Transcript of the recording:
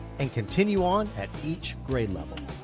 and continue on at each grade level.